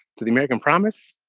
to the american promise.